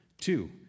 Two